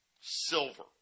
Silver